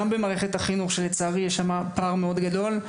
גם במערכת החינוך, שלצערי יש שם פער מאוד גדול.